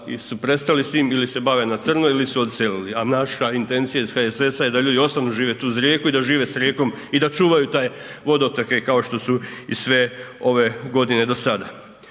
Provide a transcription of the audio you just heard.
ili su prestali s tim ili se bave na crno ili su odselili, a naša intencija iz HSS-a da ljudi ostanu živjeti uz rijeku i da žive s rijekom i da čuvaju te vodotoke kao što su i sve ove godine do sada.